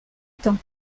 temps